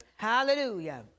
Hallelujah